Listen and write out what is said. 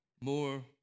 more